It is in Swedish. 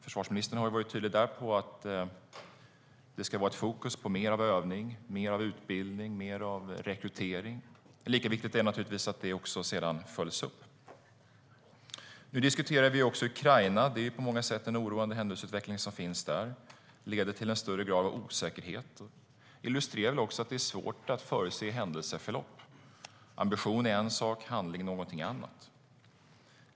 Försvarsministern har där varit tydlig med att det ska vara fokus på mer övning, mer utbildning och mer rekrytering. Lika viktigt är det naturligtvis att det sedan följs upp. Nu diskuterar vi också Ukraina. Det är på många sätt en oroande händelseutveckling där som leder till en högre grad av osäkerhet. Det illustrerar också att det är svårt att förutse händelseförlopp. Ambition är en sak, handling är någonting annat.